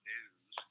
News